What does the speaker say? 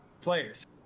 players